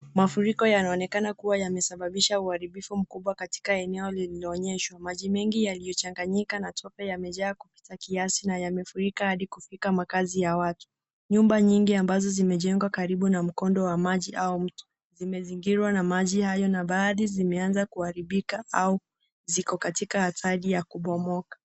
Mafuriko yanaonekana kuwa yamesababisha uharibifu mkubwa katika eneo lililonyeshwa .Maji mengi yaliyochaganyika na tope yamejaa kupita kiasi na yamefurika hadi kufika makahazi ya watu. Nyumba nyingi ambazo zimejegwa karibu na mkondo wa maji au mto zimezigirwa na maji hayo na baadhi zimeanza kuharimbika au ziko katika hali ya kubomoka.